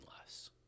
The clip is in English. less